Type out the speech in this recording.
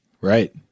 Right